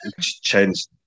changed